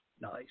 Nice